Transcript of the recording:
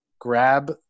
grab